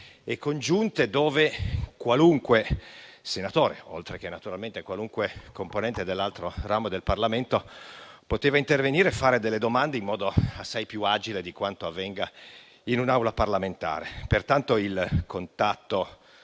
e congiunte, dove qualunque senatore, oltre che naturalmente qualunque componente dell'altro ramo del Parlamento, poteva intervenire e fare domande in modo assai più agile di quanto avvenga in un'Aula parlamentare. Pertanto, il contatto